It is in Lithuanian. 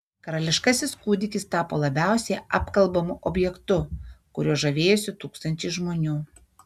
karališkasis kūdikis tapo labiausiai apkalbamu objektu kuriuo žavėjosi tūkstančiai žmonių